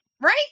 Right